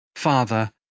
Father